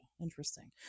interesting